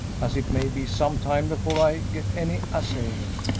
as it may be some time before i get any assaying.